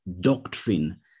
doctrine